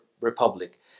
Republic